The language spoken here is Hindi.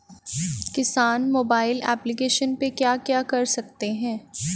किसान मोबाइल एप्लिकेशन पे क्या क्या कर सकते हैं?